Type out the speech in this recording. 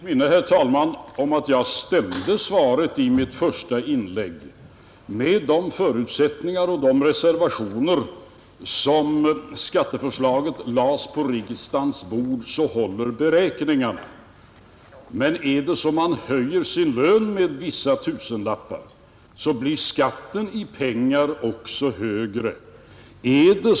Herr talman! Jag har ett minne av, herr talman, att jag gav svaret i mitt första inlägg. Med de förutsättningar och de reservationer som låg till grund när skatteförslaget lades på riksdagens bord håller beräkningarna, men om man höjer sin lön med några tusenlappar, blir skatten i pengar också högre.